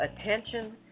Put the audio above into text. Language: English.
attention